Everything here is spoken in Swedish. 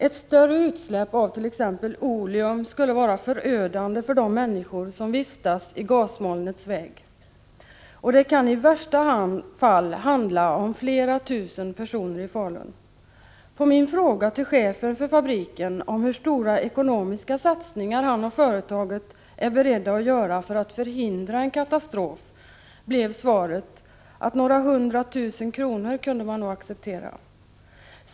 Ett större utsläpp av t.ex. oleum skulle vara förödande för de människor som vistas i gasmolnets väg, och det kan i värsta fall handla om flera tusen personer i Falun. På min fråga till chefen för fabriken om hur stora ekonomiska satsningar han och företaget är beredda att göra för att förhindra en katastrof blev svaret att några hundra tusen kronor kunde man nog acceptera.